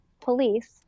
police